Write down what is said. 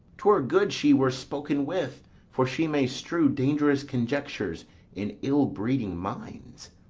twere good she were spoken with for she may strew dangerous conjectures in ill-breeding minds.